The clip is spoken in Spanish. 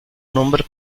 nombre